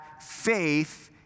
faith